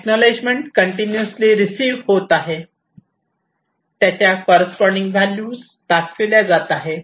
acknowledgement continuously receive होत आहे त्याच्या कॉररेस्पॉन्डिन्ग व्हॅल्यू दाखविल्या जात आहेत